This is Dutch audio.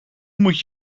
moet